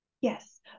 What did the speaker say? Yes